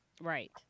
right